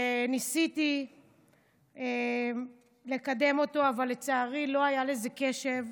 שניסיתי לקדם אותו, אבל לצערי לא היה לזה קשב,